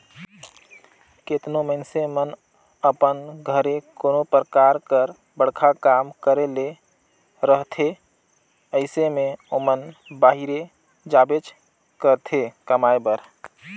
केतनो मइनसे मन अपन घरे कोनो परकार कर बड़खा काम करे ले रहथे अइसे में ओमन बाहिरे जाबेच करथे कमाए बर